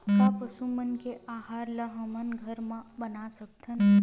का पशु मन के आहार ला हमन घर मा बना सकथन?